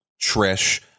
Trish